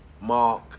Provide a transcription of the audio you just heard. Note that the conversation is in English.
Mark